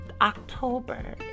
October